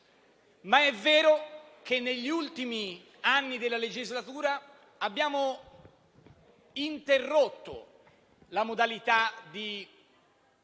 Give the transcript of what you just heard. vero però che negli ultimi anni della legislatura abbiamo interrotto la modalità di